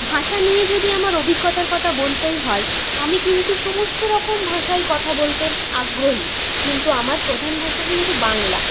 ভাষা নিয়ে যদি আমার অভিজ্ঞতার কথা বলতেই হয় আমি কিন্তু সমস্ত রকম ভাষায় কথা বলতে আগ্রহী কিন্তু আমার প্রধান ভাষা কিন্তু বাংলা